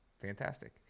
fantastic